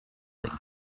that